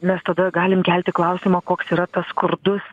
mes tada galim kelti klausimą koks yra tas skurdus